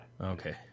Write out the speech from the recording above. Okay